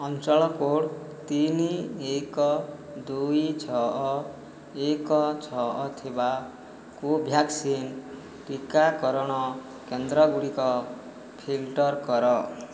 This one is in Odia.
ଅଞ୍ଚଳ କୋଡ଼୍ ତିନି ଏକ ଦୁଇ ଛଅ ଏକ ଛଅ ଥିବା କୋଭ୍ୟାକ୍ସିନ୍ ଟିକା ଟିକାକରଣ କେନ୍ଦ୍ର ଗୁଡ଼ିକ ଫିଲଟର୍ କର